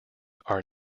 are